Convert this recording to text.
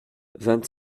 vingt